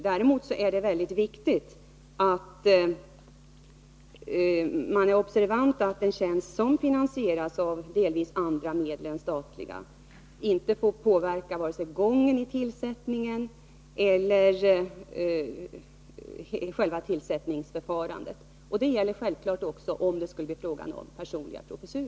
Däremot är det viktigt att man är observant på att det faktum att en tjänst delvis finansieras med andra medel än statliga inte får påverka vare sig gången i tillsättningen eller själva tillsättningsförfarandet. Det gäller självfallet också om det skulle bli fråga om en personlig professur.